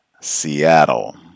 Seattle